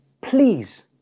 please